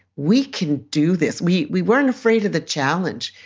we can do this. we we weren't afraid of the challenge.